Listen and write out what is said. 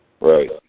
Right